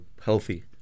healthy